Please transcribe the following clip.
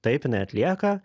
taip jinai atlieka